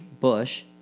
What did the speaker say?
Bush